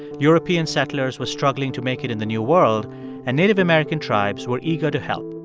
european settlers were struggling to make it in the new world and native american tribes were eager to help.